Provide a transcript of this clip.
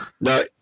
no